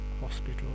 hospital